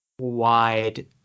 wide